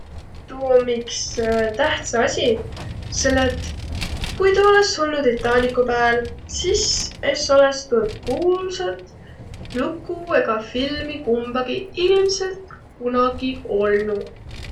Tuu om iks tähtsä asi, selle et kui tuu olõs olnu Ttanicu pääl, sis es olõs tuud kuulsat luku egaq filmi kumbagiq ilmselt kunagiq olnuq.